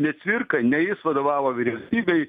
ne cvirka ne jis vadovavo vyriausybei